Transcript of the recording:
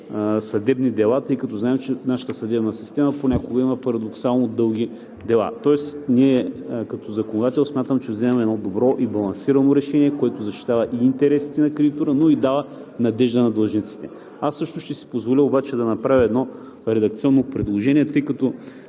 съдебни дела, тъй като знаем, че нашата съдебна система понякога има парадоксално дълги дела. Тоест ние като законодател смятам, че вземаме едно добро и балансирано решение, което защитава интересите на кредитора, но и дава надежда на длъжниците. Аз също ще си позволя обаче да направя едно редакционно предложение, тъй като